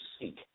seek